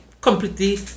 completely